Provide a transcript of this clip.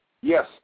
Yes